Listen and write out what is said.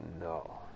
no